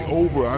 over